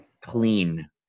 clean